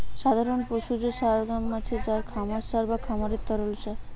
সাধারণ পশুজ সারগার মধ্যে আছে খামার সার বা খামারের তরল সার